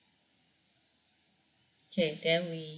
okay then we